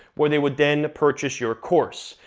where they would then purchase your course.